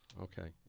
Okay